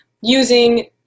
using